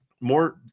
more